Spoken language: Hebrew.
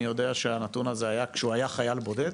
אני יודע שהנתון הזה היה כשהוא היה חייל בודד?